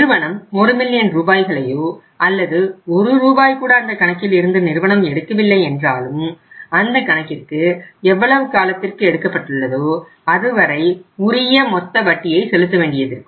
நிறுவனம் ஒரு மில்லியன் ரூபாய்களையோ அல்லது ஒரு ரூபாய் கூட அந்த கணக்கில் இருந்து நிறுவனம் எடுக்கவில்லை என்றாலும் அந்த கணக்கிற்கு எவ்வளவு காலத்திற்கு எடுக்கப்பட்டுள்ளதோ அதுவரை உரிய மொத்த வட்டியை செலுத்த வேண்டியதிருக்கும்